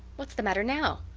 what's the matter now?